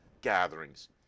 gatherings